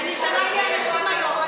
תראי איפה היינו.